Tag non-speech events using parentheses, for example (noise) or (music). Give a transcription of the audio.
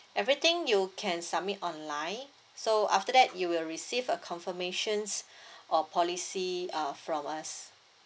everything you can submit online so after that you will receive a confirmations (breath) or policy uh from us